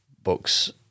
books